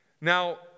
Now